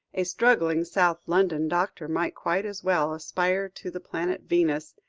a struggling south london doctor might quite as well aspire to the planet venus,